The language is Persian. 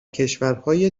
کشورهای